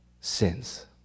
Sins